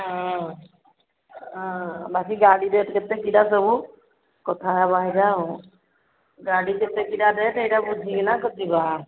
ହଁ ହଁ ବାକି ଗାଡ଼ି ରେଟ୍ କେତେ କିରା ଦବୁ କଥା ହେବା ହେଇରା ଆଉ ଗାଡ଼ି କେତେ କିରା ରେଟ୍ ଏଇଟା ବୁଝିକିନା କରି ଯିବା